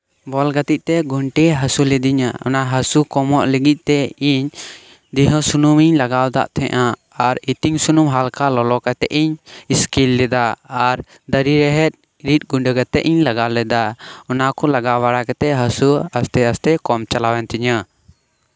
ᱵᱚᱞ ᱜᱟᱛᱤᱜ ᱛᱮ ᱜᱷᱩᱱᱴᱷᱮ ᱦᱟᱥᱩ ᱞᱤᱫᱤᱧᱟ ᱚᱱᱟ ᱦᱟᱥᱩ ᱠᱚᱢᱚᱜ ᱞᱟᱹᱜᱤᱫ ᱛᱮ ᱤᱧ ᱫᱤᱣᱦᱟᱹ ᱥᱩᱱᱩᱢᱤᱧ ᱞᱟᱜᱟᱣ ᱠᱟᱜ ᱛᱟᱦᱮᱸᱱᱟ ᱟᱨ ᱩᱛᱤᱧ ᱥᱩᱱᱩᱢ ᱦᱟᱞᱠᱟ ᱞᱚᱞᱚ ᱠᱟᱛᱮ ᱤᱧ ᱤᱥᱠᱤᱨ ᱞᱚᱫᱟ ᱟᱨ ᱫᱟᱨᱤ ᱨᱮᱦᱮᱫ ᱨᱤᱫ ᱜᱩᱸᱰᱟᱹ ᱠᱟᱛᱮ ᱤᱧ ᱞᱟᱜᱟᱣ ᱞᱮᱫᱟ ᱚᱱᱟ ᱠᱩ ᱞᱟᱜᱟᱣ ᱵᱟᱲᱟ ᱠᱟᱛᱮ ᱦᱟᱹᱥᱩ ᱟᱥᱛᱮᱼᱟᱥᱛᱮ ᱠᱚᱢ ᱪᱟᱞᱟᱣᱮᱱ ᱛᱤᱧᱟᱹ